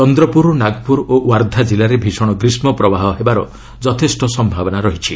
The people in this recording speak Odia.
ଚନ୍ଦ୍ରପୁର ନାଗପୁର ଓ ୱାର୍ଦ୍ଧା ଜିଲ୍ଲାରେ ଭୀଷଣ ଗ୍ରୀଷ୍ମପ୍ରବାହ ହେବାର ଯଥେଷ୍ଟ ସମ୍ଭାବନା ରହିଛି